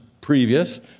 previous